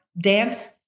dance